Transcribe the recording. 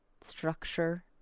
structure